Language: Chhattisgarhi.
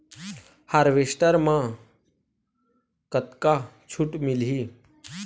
हारवेस्टर म कतका छूट मिलही?